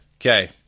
Okay